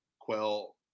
quell